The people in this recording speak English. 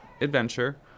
adventure